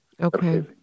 Okay